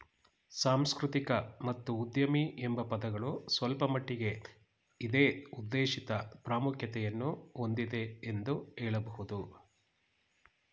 ಸಾಂಸ್ಕೃತಿಕ ಮತ್ತು ಉದ್ಯಮಿ ಎಂಬ ಪದಗಳು ಸ್ವಲ್ಪಮಟ್ಟಿಗೆ ಇದೇ ಉದ್ದೇಶಿತ ಪ್ರಾಮುಖ್ಯತೆಯನ್ನು ಹೊಂದಿದೆ ಎಂದು ಹೇಳಬಹುದು